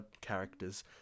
characters